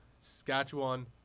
Saskatchewan